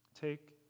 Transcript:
Take